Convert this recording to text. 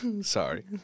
Sorry